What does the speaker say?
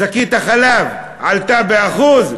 שקית החלב עלתה ב-1%,